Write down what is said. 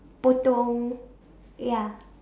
potong ya